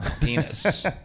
Penis